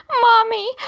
Mommy